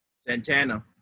Santana